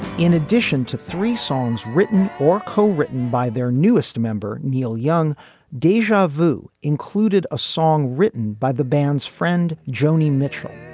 in addition to three songs written or co-written by their newest member neil young deja vu included a song written by the band's friend joni mitchell.